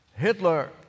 Hitler